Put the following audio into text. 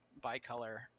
bicolor